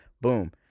boom